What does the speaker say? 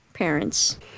parents